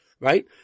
right